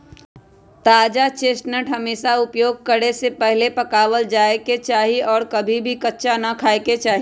ताजा चेस्टनट हमेशा उपयोग करे से पहले पकावल जाये के चाहि और कभी भी कच्चा ना खाय के चाहि